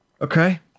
okay